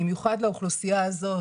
במיוחד לאוכלוסייה הזאת.